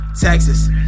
Texas